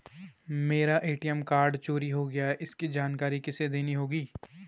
मेरा ATM card चोरी हो गया है इसकी जानकारी किसे देनी होगी?